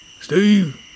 Steve